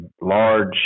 large